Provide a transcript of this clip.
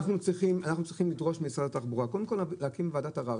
אנחנו צריכים לדרוש ממשרד התחבורה קודם כול להקים ועדת ערר.